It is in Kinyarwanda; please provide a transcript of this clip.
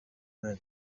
man